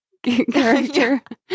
Character